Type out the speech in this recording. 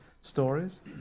Stories